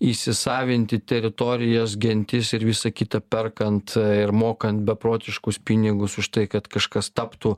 įsisavinti teritorijas gentis ir visa kita perkant ir mokant beprotiškus pinigus už tai kad kažkas taptų